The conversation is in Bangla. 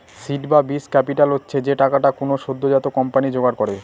সীড বা বীজ ক্যাপিটাল হচ্ছে যে টাকাটা কোনো সদ্যোজাত কোম্পানি জোগাড় করে